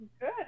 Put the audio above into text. Good